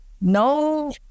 No